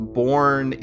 born